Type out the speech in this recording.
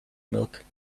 milk